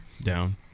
down